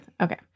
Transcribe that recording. Okay